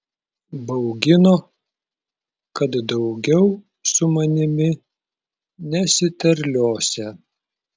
baugino kad daugiau su manimi nesiterliosią